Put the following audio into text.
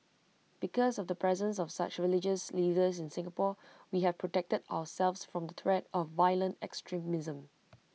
because of the presence of such religious leaders in Singapore we have protected ourselves from the threat of violent extremism